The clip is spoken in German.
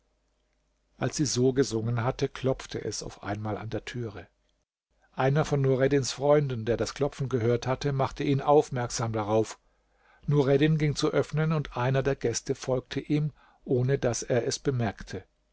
als sie so gesungen hatte klopfte es auf einmal an der thüre einer von nureddins freunden der das klopfen gehört hatte machte ihn aufmerksam darauf nureddin ging zu öffnen und einer der gäste folgte ihm ohne daß er es bemerkte